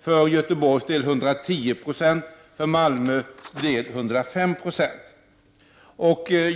för Göteborgs del 110 96 och för Malmös del 105 96.